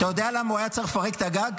אתה יודע למה הוא היה צריך לפרק את הגג?